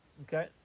Okay